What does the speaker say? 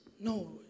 No